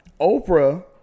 Oprah